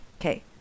Okay